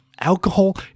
Alcohol